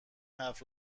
حرف